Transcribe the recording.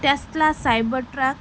Tesla cyber truck